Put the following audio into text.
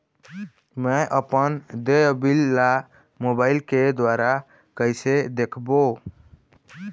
मैं अपन देय बिल ला मोबाइल के द्वारा कइसे देखबों?